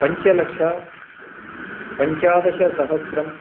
पञ्चलक्षपञ्चादशसहस्रम्